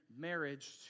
marriage